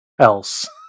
else